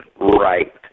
right